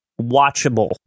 watchable